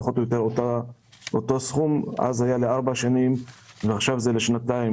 פחות או יותר אותו סכום ואז זה היה לארבע שנים ועכשיו זה לשנתיים.